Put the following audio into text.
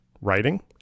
writing